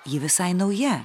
ji visai nauja